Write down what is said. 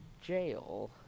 jail